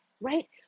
right